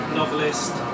novelist